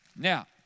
Now